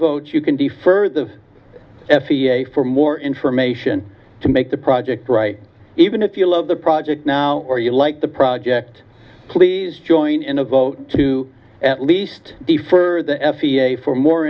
votes you can defer the f e a for more information to make the project right even if you love the project now or you like the project please join in a vote to at least be for the f e a for more